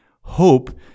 Hope